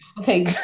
Okay